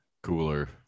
Cooler